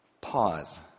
Pause